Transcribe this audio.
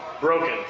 broken